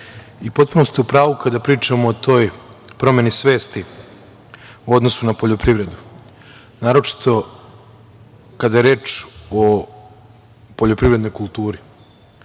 Potpuno ste u pravu kada pričamo o toj promeni svesti u odnosu na poljoprivredu, naročito kada je reč o poljoprivrednoj kulturi.